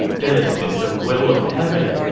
this is the will of heaven,